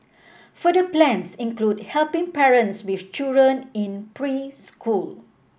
further plans include helping parents with children in preschool